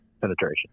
penetration